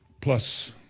plus